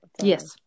Yes